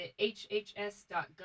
hhs.gov